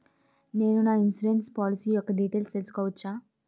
నేను నా insurance policy యెక్క డీటైల్స్ తెల్సుకోవచ్చా?